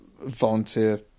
volunteer